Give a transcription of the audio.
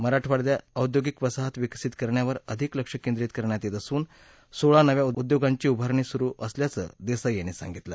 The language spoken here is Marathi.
मराठवाङ्यात औद्योगिक वसाहत विकसित करण्यावर अधिक लक्ष केंद्रित करण्यात येत असून सोळा नव्या उद्योगांची उभारणी सुरू असल्याचं देसाई यांनी सांगितलं